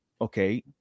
okay